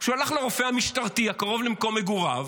הוא הלך לרופא המשטרתי הקרוב למקום מגוריו,